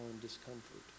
discomfort